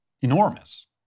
enormous